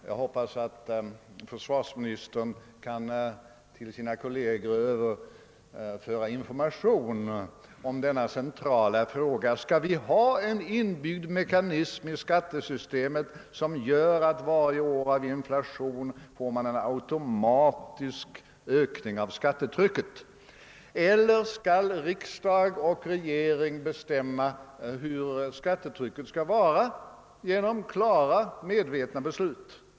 Jag hoppas att försvarsministern till sina kolleger kan ge information om denna centrala fråga: Skall vi ha en inbyggd mekanism i skattesystemet som gör att man varje år av inflation får en automatisk ökning av skattetrycket? Eller skall regering och riksdag genom klara och medvetna beslut bestämma hur skattetrycket skall vara?